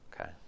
okay